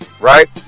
Right